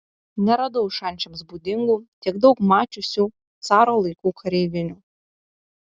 neradau šančiams būdingų tiek daug mačiusių caro laikų kareivinių